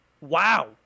Wow